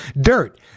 dirt